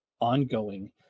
ongoing